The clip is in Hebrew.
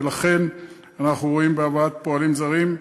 ולכן אנחנו רואים בהבאת פועלים זרים,